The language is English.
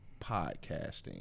podcasting